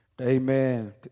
Amen